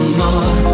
more